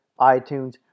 iTunes